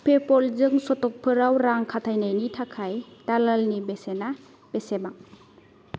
पेपालजों सट'कफोराव रां खाथायनायनि थाखाय दालालनि बेसेना बेसेबां